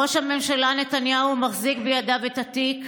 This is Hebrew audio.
ראש הממשלה נתניהו מחזיק בידיו את התיק,